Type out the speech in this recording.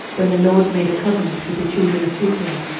when the lord made a covenant with the children of israel,